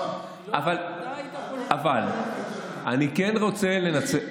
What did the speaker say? אבל אני כן רוצה לנצל,